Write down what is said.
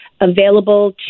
available